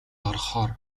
орохоор